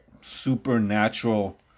supernatural